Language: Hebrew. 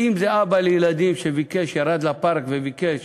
אם זה אבא לילדים שירד לפארק וביקש